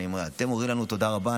אני אומר: אתם אומרים לנו תודה רבה?